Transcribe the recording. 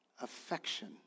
affection